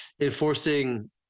enforcing